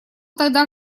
тогда